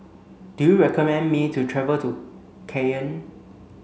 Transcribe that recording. do you recommend me to travel to Cayenne